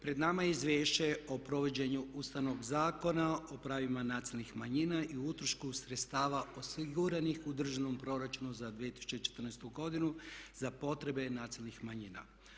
Pred nama je Izvješće o provođenju Ustavnog zakona o pravima nacionalnih manjina i utrošku sredstava osiguranih u državnom proračunu za 2014. godinu za potrebe nacionalnih manjina.